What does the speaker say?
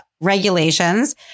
regulations